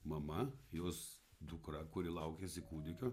mama jos dukra kuri laukiasi kūdikio